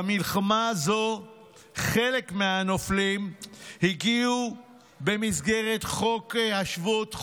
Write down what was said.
במלחמה הזו חלק מהנופלים הגיעו במסגרת חוק השבות,